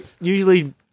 usually